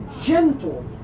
gentle